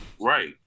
Right